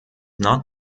not